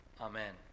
Amen